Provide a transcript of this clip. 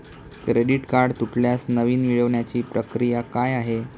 Credit card तुटल्यास नवीन मिळवण्याची प्रक्रिया काय आहे?